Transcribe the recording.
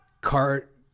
cart